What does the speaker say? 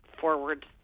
forward